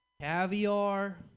caviar